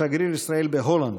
שגריר ישראל בהולנד.